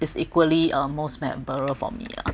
is equally uh most memorable for me lah